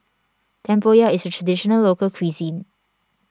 Tempoyak is a Traditional Local Cuisine